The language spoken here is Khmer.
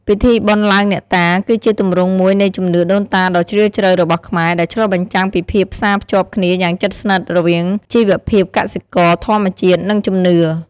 ពិធីបុណ្យឡើងអ្នកតា គឺជាទម្រង់មួយនៃជំនឿដូនតាដ៏ជ្រាលជ្រៅរបស់ខ្មែរ ដែលឆ្លុះបញ្ចាំងពីភាពផ្សារភ្ជាប់គ្នាយ៉ាងជិតស្និទ្ធរវាងជីវភាពកសិករ ធម្មជាតិ និងជំនឿ។